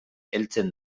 heltzen